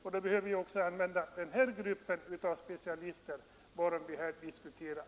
Då måste vi också utnyttja den grupp av specialister som vi här diskuterar.